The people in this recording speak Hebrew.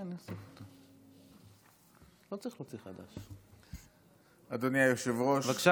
אני נוטה לחשוב, לדעת,